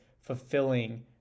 fulfilling